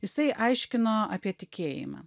jisai aiškino apie tikėjimą